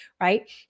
right